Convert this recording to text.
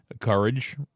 courage